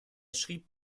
schrieb